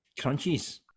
crunchies